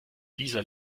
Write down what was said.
dieser